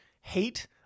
hate